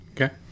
Okay